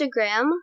Instagram